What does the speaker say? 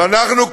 אבל אנחנו,